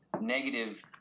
negative